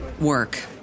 work